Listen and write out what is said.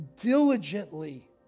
diligently